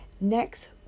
next